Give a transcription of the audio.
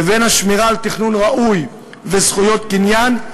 לבין השמירה על תכנון ראוי וזכויות קניין,